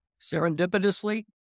Serendipitously